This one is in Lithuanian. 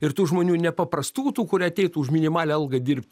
ir tų žmonių ne paprastų tų kurie ateitų už minimalią algą dirbt